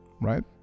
right